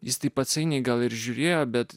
jis taip atsainiai gal ir žiūrėjo bet